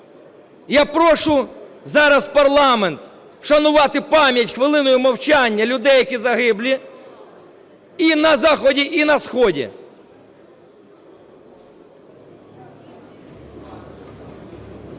Я прошу зараз парламент вшанувати пам'ять хвилиною мовчання людей, які загиблі і на заході, і на сході.